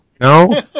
No